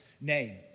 name